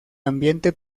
ambiente